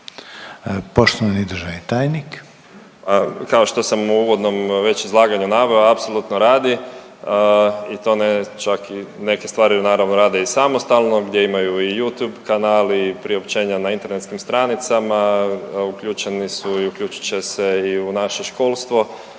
Poštovana državna tajnice